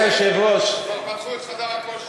כבר פתחו את חדר הכושר.